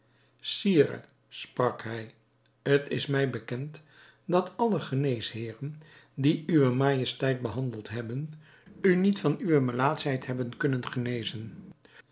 sire sprak hij het is mij bekend dat alle geneesheeren die uwe majesteit behandeld hebben u niet van uwe melaatschheid hebben kunnen genezen